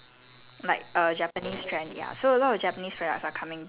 so now the for err the simple skincare right is actually a jap trend